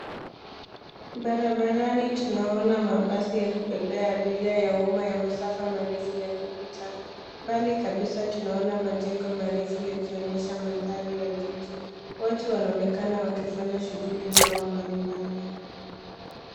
Barabarani tunaona mbasi ya kubebea abiria ya umma ya masafa marefu yakipita. Mbali kabisa tunaona majengo marefu yakionyesha mandhari ya jiji. Watu wanaonekana wakifanya shughuli zao mbalimbali.